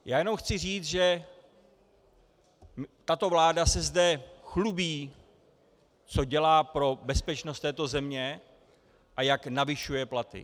Chci jenom říct, že tato vláda se zde chlubí, co dělá pro bezpečnost této země a jak navyšuje platy.